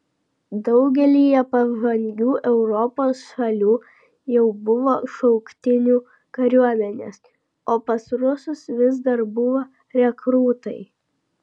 daugelyje pažangių europos šalių jau buvo šauktinių kariuomenės o pas rusus vis dar buvo rekrūtai